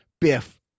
Biff